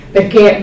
Perché